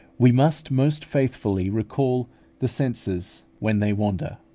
we must most faithfully recall the senses when they wander.